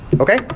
Okay